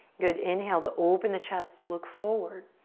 good, inhale to open the chest, look forward.